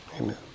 Amen